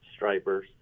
stripers